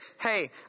hey